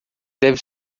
deve